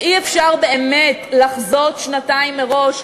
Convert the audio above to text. שאי-אפשר באמת לחזות שנתיים מראש,